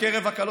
בקרב הכלות,